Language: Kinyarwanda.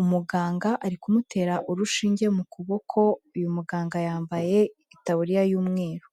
umuganga ari kumutera urushinge mu kuboko, uyu muganga yambaye itaburiya y'umweru.